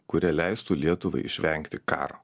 kurie leistų lietuvai išvengti karo